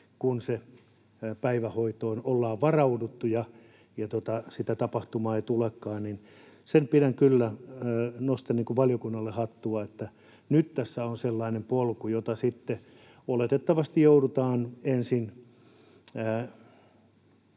päivähoitoon ollaan varauduttu ja sitä tapahtumaa ei tulekaan. Nostan kyllä valiokunnalle hattua, että nyt tässä on sellainen polku, josta sitten oletettavasti joudutaan ensin